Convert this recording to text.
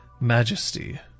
majesty